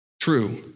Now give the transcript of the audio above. true